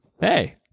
hey